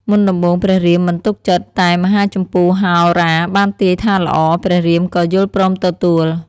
មុនដំបូងព្រះរាមមិនទុកចិត្ត តែមហាជម្ពូហោរាបានទាយថាល្អ ព្រះរាមក៏យល់ព្រមទទួល។